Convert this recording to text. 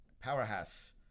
Powerhouse